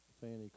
Fanny